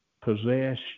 Possess